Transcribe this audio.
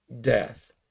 death